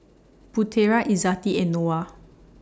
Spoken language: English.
Putera Izzati and Noah